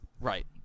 Right